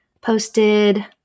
Posted